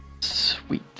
Sweet